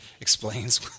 explains